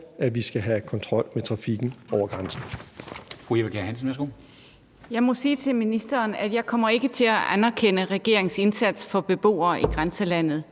at vi skal have kontrol med trafikken over grænsen.